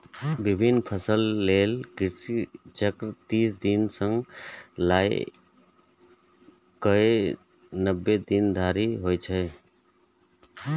विभिन्न फसल लेल कृषि चक्र तीस दिन सं लए कए नब्बे दिन धरि होइ छै